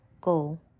Go